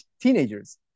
Teenagers